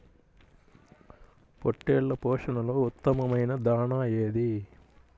పొట్టెళ్ల పోషణలో ఉత్తమమైన దాణా ఏది?